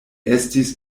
estis